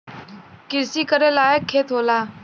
किरसी करे लायक खेत होला